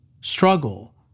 struggle